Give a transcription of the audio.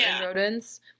rodents